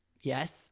yes